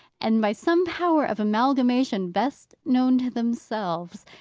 and by some power of amalgamation best known to themselves,